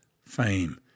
fame